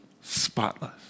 spotless